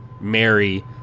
Mary